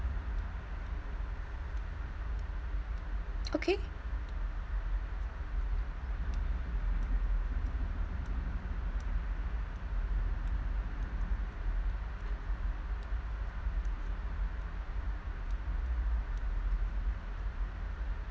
okay